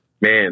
Man